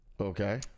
Okay